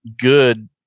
good